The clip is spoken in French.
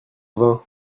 vin